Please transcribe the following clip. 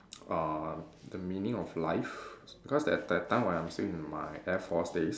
uh the meaning of life because that that time when I was still in my air force days